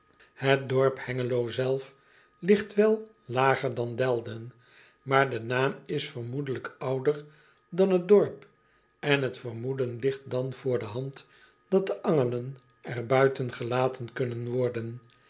p engelo zelf ligt wel lager dan elden maar de naam is vermoedelijk ouder dan het dorp en t vermoeden ligt dan voor de hand dat de nglen er buiten gelaten kunnen worden